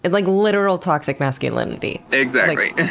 and like literal toxic masculinity. exactly.